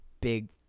big